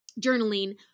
journaling